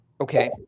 okay